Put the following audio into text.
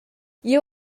jeu